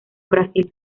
brasil